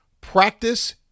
Practice